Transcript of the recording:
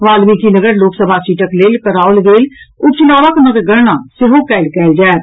वाल्मीकिनगर लोकसभा सीटक लेल कराओल गेल उप चुनावक मतगणना सेहो काल्हि कयल जायत